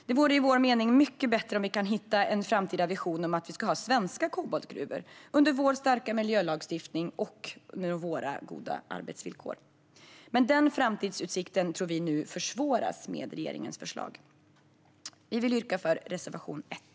Det vore enligt vår mening mycket bättre om vi kunde hitta en framtida vision om att vi ska ha svenska koboltgruvor under vår starka miljölagstiftning och våra goda arbetsvillkor. Men den framtidsutsikten tror vi nu försvåras med regeringens förslag. Vi yrkar bifall till reservation 1.